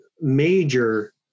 major